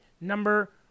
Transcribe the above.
number